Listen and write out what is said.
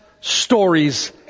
Stories